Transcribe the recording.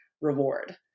reward